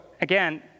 again